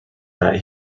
that